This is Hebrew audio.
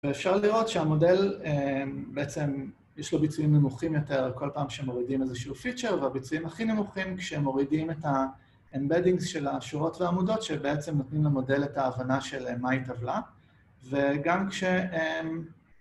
ואפשר לראות שהמודל בעצם יש לו ביצועים נמוכים יותר כל פעם שמורידים איזשהו פיצ'ר, והביצועים הכי נמוכים כשהם מורידים את האמבדינגז של השורות ועמודות, שבעצם נותנים למודל את ההבנה של מהי טבלה, וגם כש...